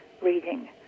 reading